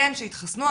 שיתחסנו.